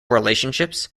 relationships